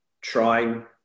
trying